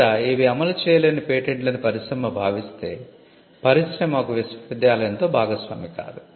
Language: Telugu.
లేదా ఇవి అమలు చేయలేని పేటెంట్లు అని పరిశ్రమ భావిస్తే పరిశ్రమ ఒక విశ్వవిద్యాలయంతో భాగస్వామి కాదు